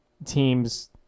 teams